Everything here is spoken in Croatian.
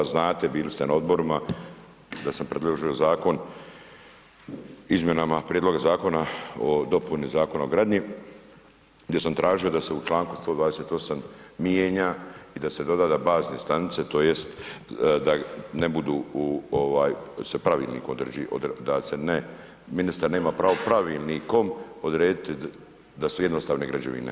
Znate, bili ste na odborima, da sam predložio zakon izmjenama prijedloga zakona o dopuni Zakona o gradnji gdje sam tražio da se u čl. 128. mijenja i da se doda da bazne stanice, tj. da ne budu u ovaj se pravilnikom određi da se ne ministar nema pravo pravilnikom odrediti da su jednostavne građevine.